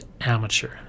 amateur